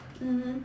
mmhmm